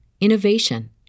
innovation